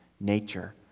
nature